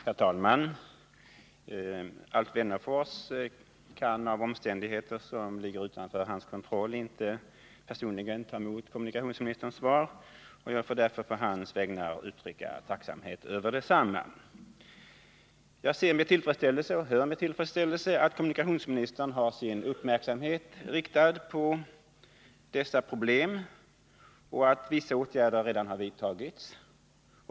Herr talman! Alf Wennerfors kan av omständigheter som ligger utanför hans kontroll inte personligen ta emot kommunikationsministerns svar, och jag får därför på hans vägnar uttrycka tacksamhet över detsamma. Jag hör med tillfredsställelse att kommunikationsministern har sin uppmärksamhet riktad på dessa problem och att vissa åtgärder redan har vidtagits.